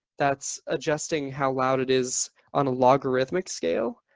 that's adjusting how loud it is on a logarithmic scale.